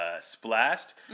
splashed